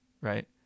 right